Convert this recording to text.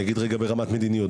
אני אגיד ברמת מדיניות.